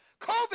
COVID